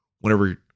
whenever